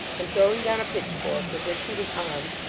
and, throwing down a pitchfork with which he was armed,